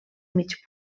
mig